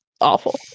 awful